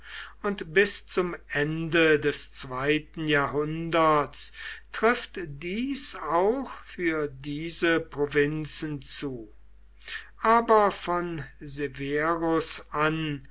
und bis zum ende des zweiten jahrhunderts trifft dies auch für diese provinzen zu aber von severus an